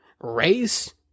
race